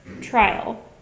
trial